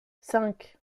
cinq